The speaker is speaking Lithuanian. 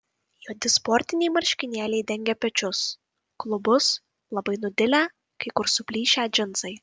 juodi sportiniai marškinėliai dengė pečius klubus labai nudilę kai kur suplyšę džinsai